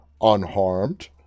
unharmed